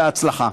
בהצלחה.